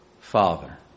Father